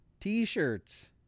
T-shirts